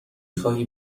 خواهی